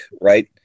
right